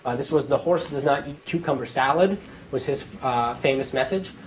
and this was, the horse and does not eat cucumber salad was his famous message.